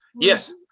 Yes